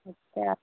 اچھا